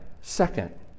second